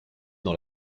dans